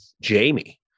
Jamie